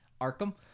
Arkham